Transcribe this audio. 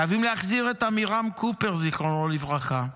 חייבים להחזיר את עמירם קופר, זיכרונו לברכה,